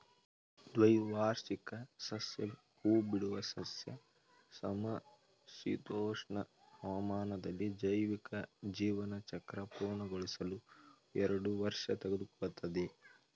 ದ್ವೈವಾರ್ಷಿಕ ಸಸ್ಯ ಹೂಬಿಡುವ ಸಸ್ಯ ಸಮಶೀತೋಷ್ಣ ಹವಾಮಾನದಲ್ಲಿ ಜೈವಿಕ ಜೀವನಚಕ್ರ ಪೂರ್ಣಗೊಳಿಸಲು ಎರಡು ವರ್ಷ ತೆಗೆದುಕೊಳ್ತದೆ